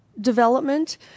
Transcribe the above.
development